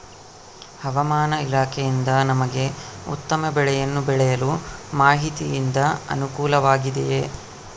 ಹವಮಾನ ಇಲಾಖೆಯಿಂದ ನಮಗೆ ಉತ್ತಮ ಬೆಳೆಯನ್ನು ಬೆಳೆಯಲು ಮಾಹಿತಿಯಿಂದ ಅನುಕೂಲವಾಗಿದೆಯೆ?